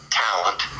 talent